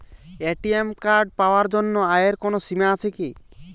ATM card পাওয়ার জন্য আয়ের কোনো সীমা আছে কি?